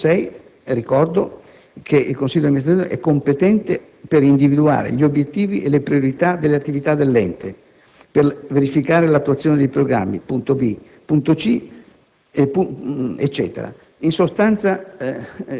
In particolare, ricordo che (articolo 6) il consiglio d'amministrazione è competente per individuare gli obiettivi e le priorità delle attività dell'ente, per verificare l'attuazione dei programmi, e così via.